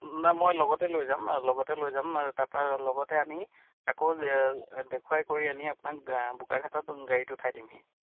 নাই মই লগতে লৈ যাম লগতে লৈ যাম তাৰপৰা লগতে আনি আকৌ দেখুৱাই কৰি আনি আপোনাক বোকাঘাটত গাড়ীত উঠাই দিমহি